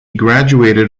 graduated